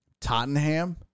Tottenham